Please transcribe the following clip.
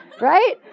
Right